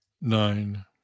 Nine